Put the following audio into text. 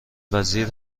وزیر